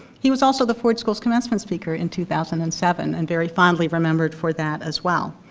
he was also the ford school's commencement speaker in two thousand and seven, and very fondly remembered for that as well.